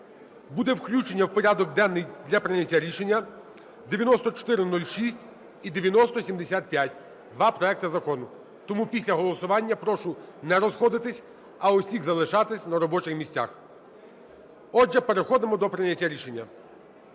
буде включення в порядок денний для прийняття рішення 9406 і 9075 – два проекти закону. Тому після голосування прошу не розходитись, а усіх залишатись на робочих місцях. Отже, переходимо до прийняття рішення.